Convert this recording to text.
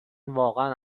واقعا